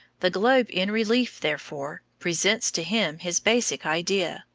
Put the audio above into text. the globe in relief, therefore, presents to him his basic idea,